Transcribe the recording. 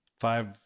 Five